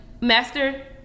master